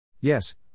Yes